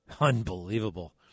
Unbelievable